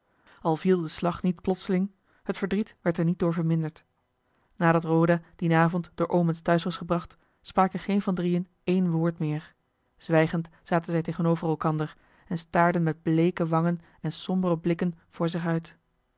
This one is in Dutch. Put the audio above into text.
al viel de slag niet plotseling het verdriet werd er niet door verminderd nadat roda dien avond door omens thuis was gebracht spraken geen van drieën één woord meer zwijgend zaten zij tegenover elkander en staarden met bleeke wangen en sombere blikken voor zich uit